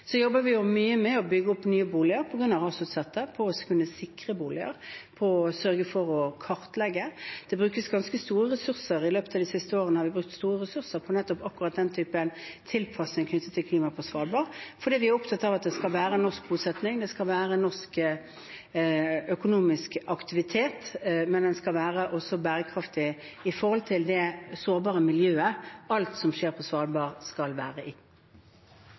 Så jobber vi mye med å bygge opp nye boliger på grunn av rasutsatte områder, med å kunne sikre boliger, med å sørge for å kartlegge. I løpet av de siste årene har vi brukt store ressurser på akkurat den typen tilpasning knyttet til klimaet på Svalbard, fordi vi er opptatt av at det skal være norsk bosetting, det skal være norsk økonomisk aktivitet, men den skal også være bærekraftig med hensyn til det sårbare miljøet, som alt som skjer på Svalbard skal være.